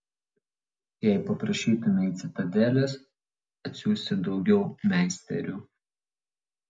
jei paprašytumei citadelės atsiųsti daugiau meisterių